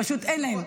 פשוט אין להם.